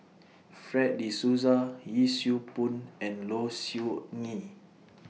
Fred De Souza Yee Siew Pun and Low Siew Nghee